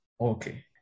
Okay